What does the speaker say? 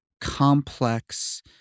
complex